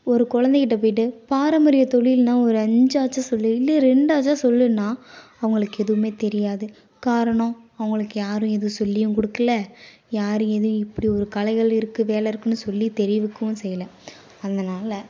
ஒரு குழந்தைக்கிட்ட போயிட்டு பாரம்பரிய தொழில்னால் ஒரு அஞ்சு ஆச்சு சொல்லு இல்லையா ரெண்டு ஆச்சா சொல்லுன்னால் அவங்களுக்கு எதுவுமே தெரியாது காரணம் அவங்களுக்கு யாரும் எதுவும் சொல்லியும் கொடுக்கல யாரும் எதையும் இப்படி ஒரு கலைகள் இருக்குது வேலை இருக்குனு சொல்லி தெரிவிக்கவும் செய்யலை அதனால